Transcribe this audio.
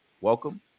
welcome